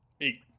Eight